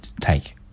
take